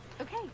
okay